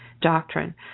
doctrine